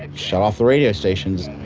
and shut off the radio stations.